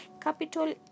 capital